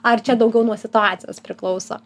ar čia daugiau nuo situacijos priklauso